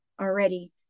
already